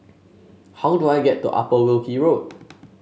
how do I get to Upper Wilkie Road